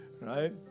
right